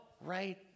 right